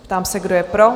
Ptám se, kdo je pro?